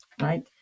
right